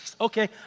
Okay